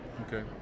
Okay